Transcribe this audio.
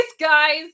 guys